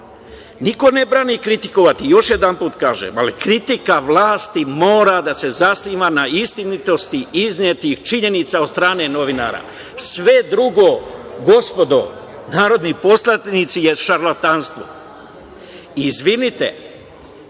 ne brani kritikovati, još jedanput kažem, ali kritika vlasti mora da se zasniva na istinitosti iznetih činjenica od strane novinara. Sve drugo, gospodo narodni poslanici, je šarlatanstvo. Izvinite,